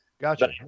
gotcha